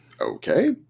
Okay